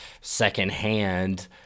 secondhand